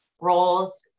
roles